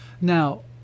now